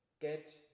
get